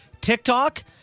TikTok